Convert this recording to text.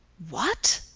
what?